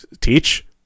Teach